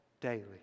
daily